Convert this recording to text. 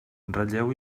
ratlleu